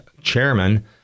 Chairman